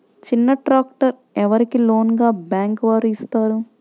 చిన్న ట్రాక్టర్ ఎవరికి లోన్గా బ్యాంక్ వారు ఇస్తారు?